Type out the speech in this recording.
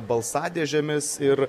balsadėžėmis ir